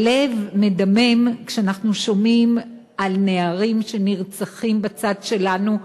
הלב מדמם כשאנחנו שומעים על נערים שנרצחים בצד שלנו,